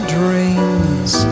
dreams